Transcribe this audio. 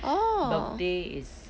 orh